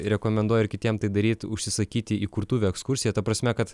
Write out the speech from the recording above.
rekomenduoju ir kitiem tai daryt užsisakyti įkurtuvių ekskursiją ta prasme kad